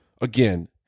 again